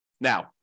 Now